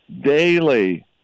daily